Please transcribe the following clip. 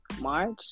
March